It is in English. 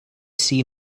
see